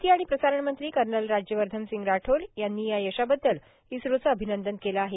माहिती आणि प्रसारण मंत्री कर्नल राज्यवर्धन सिंग राठोड यांनी या यशाबद्दल इस्रोचं अभिनंदन केलं आहे